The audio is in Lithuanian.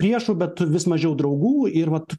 priešų bet vis mažiau draugų ir vat